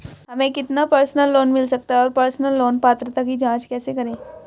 हमें कितना personal loan मिल सकता है और पर्सनल लोन पात्रता की जांच कैसे करें?